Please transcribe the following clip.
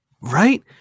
Right